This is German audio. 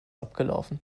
abgelaufen